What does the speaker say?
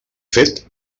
fet